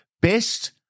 Best